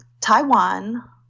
Taiwan